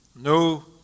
No